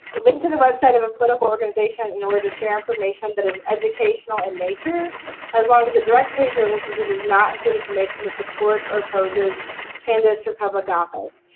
link to the website of a political organization in order to share information that is educational in nature as long as the direct page you're linking to does not include information that supports or opposes candidates for public office.